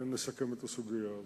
ונסכם את הסוגיה הזאת.